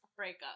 breakup